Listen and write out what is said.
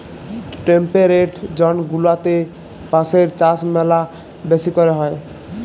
temperate zone গুলাতে বাঁশের চাষ ম্যালা বেশি ক্যরে হ্যয়